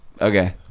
Okay